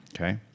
Okay